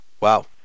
wow